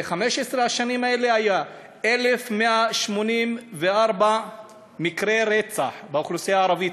ב-15 השנים האלה היו 1,184 מקרי רצח באוכלוסייה הערבית.